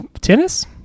Tennis